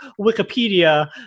Wikipedia